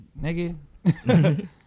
Nigga